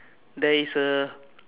there is a